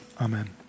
amen